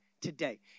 today